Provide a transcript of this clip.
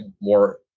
more